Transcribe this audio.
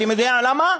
אתם יודעים למה?